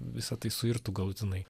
visa tai suirtų galutinai